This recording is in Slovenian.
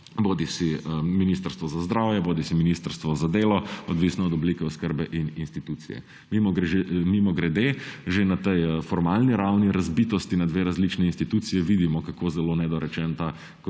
bodisi Ministrstvo za zdravje bodisi Ministrstvo za delo, odvisno od oblike oskrbe in institucije. Mimogrede, že na tej formalni ravni razbitosti na dve različni instituciji vidimo, kako zelo nedorečen ta